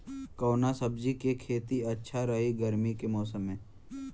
कवना सब्जी के खेती अच्छा रही गर्मी के मौसम में?